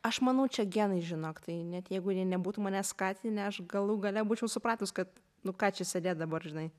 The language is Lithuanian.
aš manau čia genai žinok tai net jeigu jie nebūtų manęs skatinę aš galų gale būčiau supratus kad nu ką čia sėdėt dabar žinai